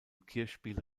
kirchspiel